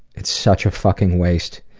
it's such a fucking waste.